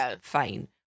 fine